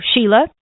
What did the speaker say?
Sheila